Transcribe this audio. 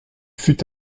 fut